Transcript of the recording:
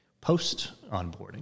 post-onboarding